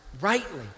rightly